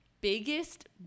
biggest